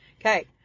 Okay